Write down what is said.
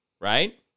right